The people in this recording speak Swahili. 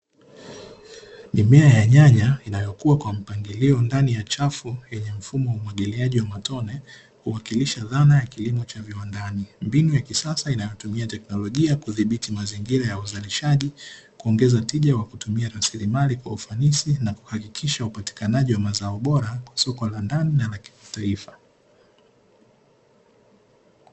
Mimea ya nyanya inayokua kwa mpangilio ndani ya chafu yenye mfumo wa umwagiliaji wa matone huwakilisha dhana ya kilimo cha viwandani; Mbinu ya kisasa inayotumia teknolojia kudhibiti mazingira ya uzalishaji kuongeza tija kwa kutumia rasilimali kwa ufanisi na kuhakikisha upatikanaji wa mazao bora kwa soko la viwandani na kimataifa.